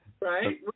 Right